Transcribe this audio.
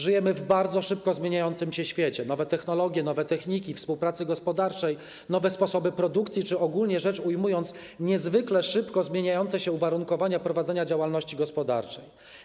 Żyjemy w bardzo szybko zmieniającym się świecie - nowe technologie, nowe techniki współpracy gospodarczej, nowe sposoby produkcji czy, ogólnie rzecz ujmując, niezwykle szybko zmieniające się uwarunkowania prowadzenia działalności gospodarczej.